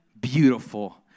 beautiful